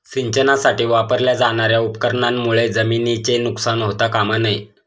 सिंचनासाठी वापरल्या जाणार्या उपकरणांमुळे जमिनीचे नुकसान होता कामा नये